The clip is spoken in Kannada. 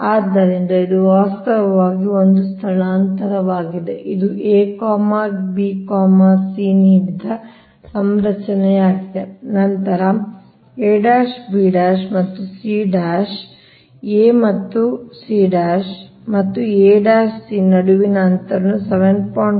ಆದ್ದರಿಂದ ಇದು ವಾಸ್ತವವಾಗಿ ಒಂದು ಸ್ಥಳಾಂತರವಾಗಿದೆ ಇದು a b c ನೀಡಿದ ಸಂರಚನೆಯಾಗಿದೆ ನಂತರ ab ಮತ್ತು c a ಮತ್ತು c ಮತ್ತು ac ನಡುವಿನ ಅಂತರವನ್ನು 7